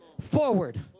forward